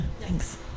Thanks